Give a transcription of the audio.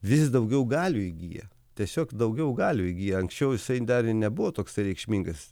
vis daugiau galių įgyja tiesiog daugiau galių įgyja anksčiau jisai dar nebuvo toks reikšmingas